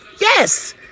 Yes